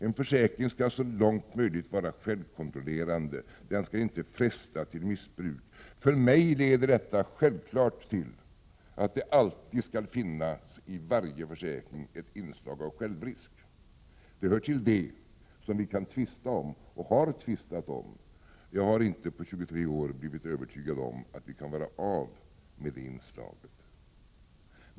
En försäkring skall så långt möjligt vara självkontrollerande, och den skall inte fresta till missbruk. För mig innebär detta att det självklart i varje försäkring skall finnas ett inslag av självrisk. Detta hör till det som vi kan tvista om, och har tvistat om. Jag har inte på 23 år blivit övertygad om att vi kan bli av med det inslaget.